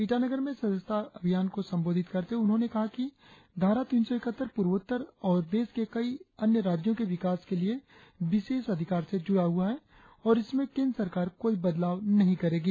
ईटानगर में सदस्यता अभियान को संबोधित करते हुए उन्होंने कहा कि धारा तीन सौ इकहत्तर पूर्वोत्तर और देश के कई अन्य राज्यों के विकास के लिए विशेष अधिकार से जुड़ा हुआ है और इसमें केंद्र सरकार कोई बदलाव नहीं करेगी